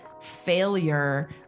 failure